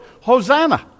Hosanna